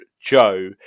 Joe